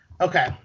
Okay